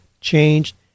changed